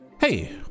Hey